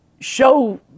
Show